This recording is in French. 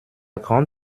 grande